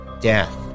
death